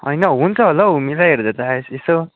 होइन हुन्छ होला हौ मिलाइ हेर्दा त यसो